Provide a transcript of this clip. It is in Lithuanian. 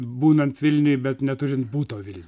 būnant vilniuj bet neturint buto vilniuj